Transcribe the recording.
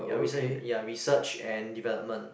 ya rese~ ya research and development